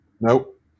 Nope